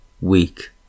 weak